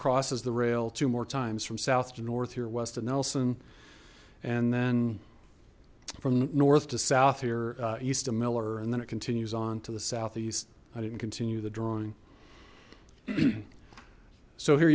crosses the rail two more times from south to north here west and nelson and then from north to south here east of miller and then it continues on to the southeast i didn't continue the drawing so here